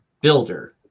builder